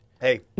Hey